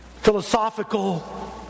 philosophical